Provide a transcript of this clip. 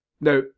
Now